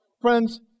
Friends